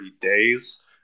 days